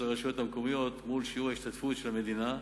הרשויות המקומיות מול שיעור ההשתתפות של המדינה,